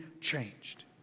changed